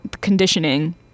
conditioning